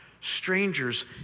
strangers